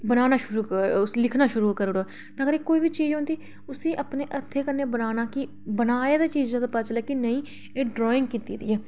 बनाना शुरू करी ओड़ो लिखना शुरू करी ओड़ो मगर कोई बी चीज होंदी उसी अपने हत्थें कन्नै बनाना की बनाये गै ते भी पता चलै की एह् ड्राइंग कीती दी ऐ